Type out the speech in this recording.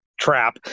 trap